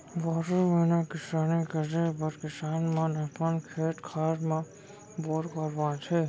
बारो महिना किसानी करे बर किसान मन अपन खेत खार म बोर करवाथे